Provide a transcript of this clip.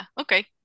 Okay